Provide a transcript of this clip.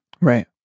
Right